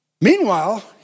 Meanwhile